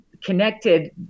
connected